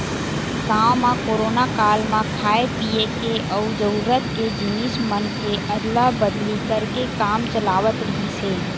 गाँव म कोरोना काल म खाय पिए के अउ जरूरत के जिनिस मन के अदला बदली करके काम चलावत रिहिस हे